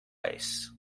ice